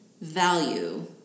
value